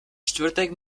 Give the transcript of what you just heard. čtvrtek